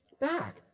Back